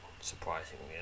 surprisingly